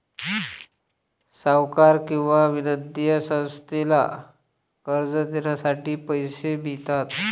सावकार किंवा वित्तीय संस्थेला कर्ज देण्यासाठी पैसे मिळतात